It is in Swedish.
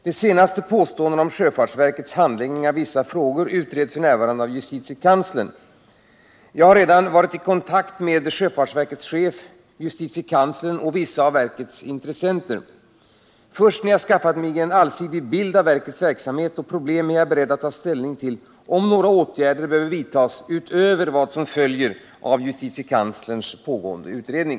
De senaste påståendena om sjöfartsverkets anläggning av vissa frågor utreds f. n. av justitiekanslern. Jag har redan varit i kontakt med sjöfartsverkets chef, justitiekanslern och vissa av verkets intressenter. Först när jag skaffat mig en allsidig bild av verkets verksamhet och problem är jag beredd att ta ställning till om några åtgärder behöver vidtas utöver vad som följer av justitiekanslerns pågående utredning.